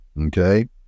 okay